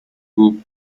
tube